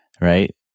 right